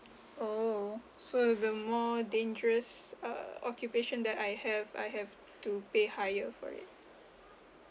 oh so with the more dangerous uh occupation that I have I have to pay higher for it